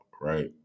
Right